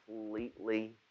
completely